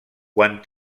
quan